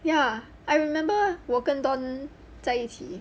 ya I remember 我跟 dawn 在一起 qi